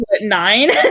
Nine